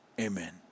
Amen